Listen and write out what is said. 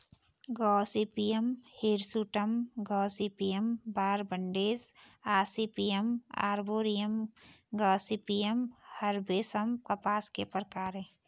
Gossypium hirsutum, Gossypium barbadense, Gossypium arboreum, Gossypium herbaceum कपास के प्रकार है